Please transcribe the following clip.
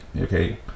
okay